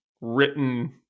written